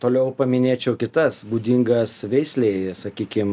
toliau paminėčiau kitas būdingas veislei sakykim